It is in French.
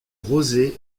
rosés